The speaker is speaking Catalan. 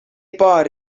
por